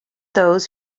those